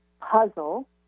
puzzle